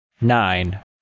nine